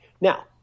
Now